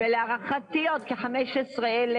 להערכתי עוד כ-15,000